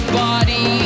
body